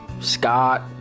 Scott